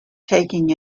taking